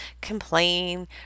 complain